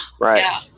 right